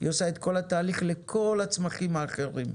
היא עושה את כל התהליך לכל הצמחים האחרים.